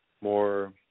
more